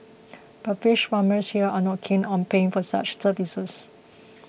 but fish farmers here are not keen on paying for such services